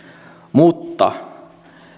mutta